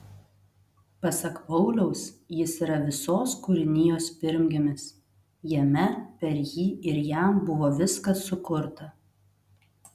pasak pauliaus jis yra visos kūrinijos pirmgimis jame per jį ir jam buvo viskas sukurta